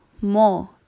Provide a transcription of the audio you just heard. more